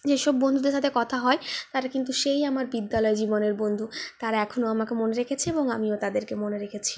যে সব বন্ধুদের সাথে কথা হয় তারা কিন্তু সেই আমার বিদ্যালয় জীবনের বন্ধু তারা এখনও আমাকে মনে রেখেছে এবং আমিও তাদেরকে মনে রেখেছি